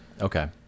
okay